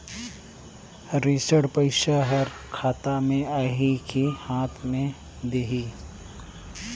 ऋण पइसा हर खाता मे आही की हाथ मे देही?